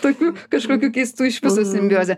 tokių kažkokių keistų iš viso simbiozė